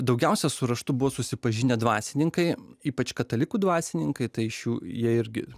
daugiausia su raštu buvo susipažinę dvasininkai ypač katalikų dvasininkai tai šių jie irgi